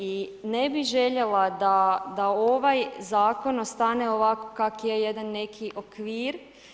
I ne bih željela da ovaj Zakon ostane ovako kak je, jedan neki okvir.